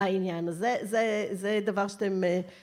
העניין הזה, זה, זה זה דבר שאתם